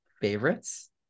favorites